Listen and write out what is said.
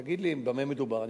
תגיד לי במה מדובר,